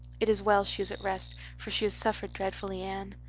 it is well she is at rest for she has suffered dreadfully, anne.